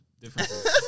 different